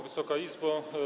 Wysoka Izbo!